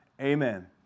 Amen